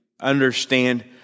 understand